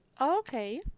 Okay